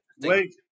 Wait